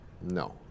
No